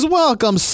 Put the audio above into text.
welcome